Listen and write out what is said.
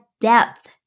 depth